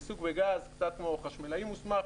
העיסוק בגז קצת כמו חשמלאי מוסמך